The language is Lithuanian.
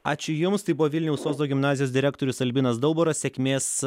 ačiū jums tai buvo vilniaus ozo gimnazijos direktorius albinas daubaras sėkmės